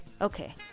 Okay